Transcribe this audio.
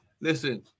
Listen